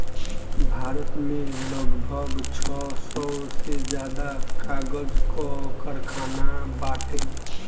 भारत में लगभग छह सौ से ज्यादा कागज कअ कारखाना बाटे